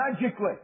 magically